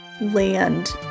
land